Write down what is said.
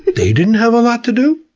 they didn't have a lot to do?